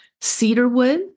Cedarwood